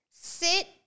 Sit